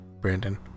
Brandon